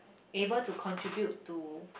able to contribute to